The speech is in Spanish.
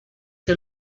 que